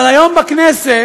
אבל היום בכנסת,